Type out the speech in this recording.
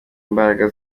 mbaraga